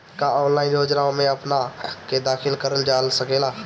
का ऑनलाइन योजनाओ में अपना के दाखिल करल जा सकेला?